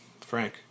Frank